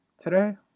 Today